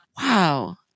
wow